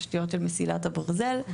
תשתיות של מסילת הברזל.